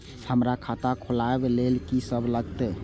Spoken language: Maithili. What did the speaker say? हमरा खाता खुलाबक लेल की सब लागतै?